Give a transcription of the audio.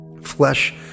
flesh